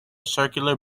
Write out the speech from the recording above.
circular